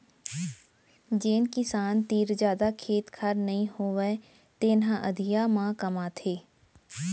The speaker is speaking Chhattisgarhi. जेन किसान तीर जादा खेत खार नइ होवय तेने ह अधिया म कमाथे